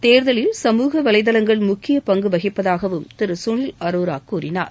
தேர்தலில் சமூக வலைதளங்கள் முக்கிய பங்கு வகிப்பதாக திரு சுனில் அரோரா கூறினார்